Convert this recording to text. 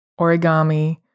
origami